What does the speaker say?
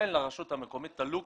אין לרשות המקומית את הפריבילגיה לבחור